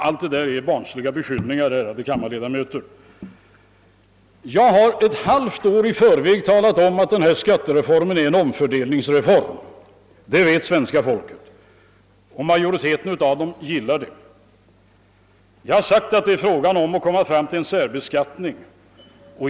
Allt detta är barnsliga beskyllningar, ärade kammarledamöter. Jag har ett halvt år i förväg talat om att denna skattereform innebär en omfördelning, och det vet svenska folket. Och majoriteten gillar det. Jag har också sagt att det är fråga om att komma fram till en obligatorisk särbeskattning.